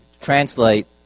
translate